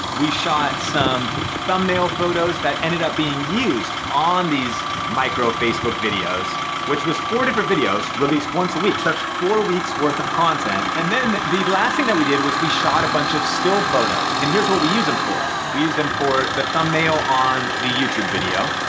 we shot some thumbnail photos that ended up being used on these micro facebook videos which was four different videos release once a week. so that's four weeks worth of content. and then the last thing that we did was we shot a bunch of still photos. and here's what we use them for. we used them for the thumbnail on the youtube video.